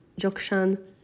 Jokshan